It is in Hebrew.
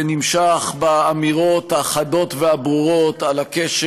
זה נמשך באמירות החדות והברורות על הקשר